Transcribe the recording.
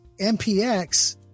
MPX